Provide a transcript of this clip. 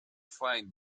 fight